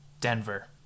Denver